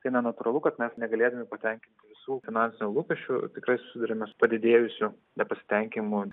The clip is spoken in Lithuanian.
tai na natūralu kad mes negalėdami patenkinti visų finansinių lūkesčių tikrai susiduriame su padidėjusiu nepasitenkinimu